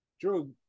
Drew